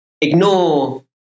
ignore